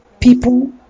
People